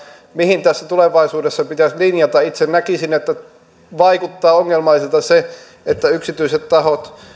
mihin tässä tulevaisuudessa pitäisi linjata itse näkisin että se vaikuttaa ongelmalliselta että yksityiset tahot